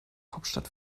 hauptstadt